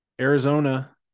Arizona